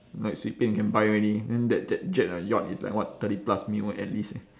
like 随便 can buy already then that that jet or yacht is like what thirty plus mil at least eh